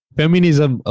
feminism